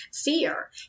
fear